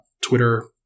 Twitter